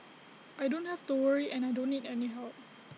I don't have to worry and I don't need any help